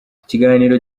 ikiganiro